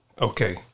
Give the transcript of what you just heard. Okay